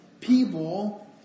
people